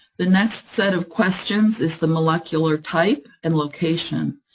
the next set of questions is the molecular type and location.